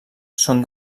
són